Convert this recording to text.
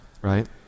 right